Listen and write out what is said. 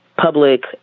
public